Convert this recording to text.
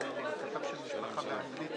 עושים הפסקה.